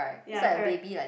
ya correct